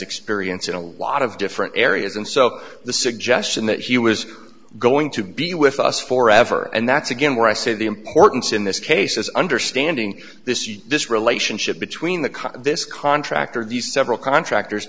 experience in a lot of different areas and so the suggestion that he was going to be with us for ever and that's again where i see the importance in this case is understanding this you this relationship between the car this contractor the several contractors